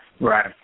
Right